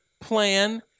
plan